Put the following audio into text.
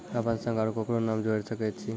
अपन संग आर ककरो नाम जोयर सकैत छी?